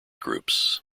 groups